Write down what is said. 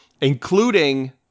including